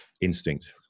instinct